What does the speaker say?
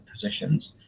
positions